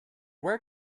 where